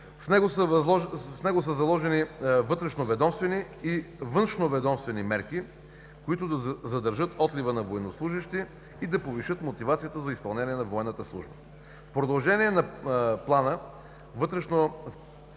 В него са заложени вътрешноведомствени и външноведомствени мерки, които да задържат отлива на военнослужещи и да повишат мотивацията за изпълнение на военната служба. В продължение на плана вътрешноведомствените